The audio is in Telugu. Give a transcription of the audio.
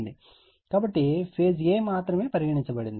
కాబట్టి ఫేజ్ a మాత్రమే పరిగణించబడింది